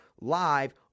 live